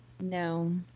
No